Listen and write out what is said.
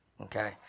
okay